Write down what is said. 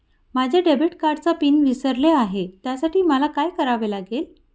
माझ्या डेबिट कार्डचा पिन विसरले आहे त्यासाठी मला काय करावे लागेल?